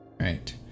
Right